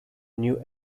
new